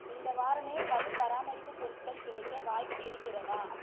இந்த வாரம் பல் பராமரிப்பு பொருட்கள் கிடைக்க வாய்ப்பு இருக்கிறதா